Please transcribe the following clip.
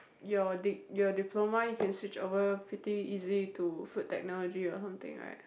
your di~ your diploma you can switch over pretty easily to food technology or something right